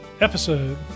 episode